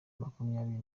makumyabiri